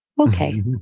okay